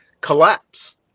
collapse